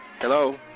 Hello